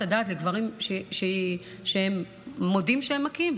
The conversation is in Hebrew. הדעת על גברים שהם מודים שהם מכים,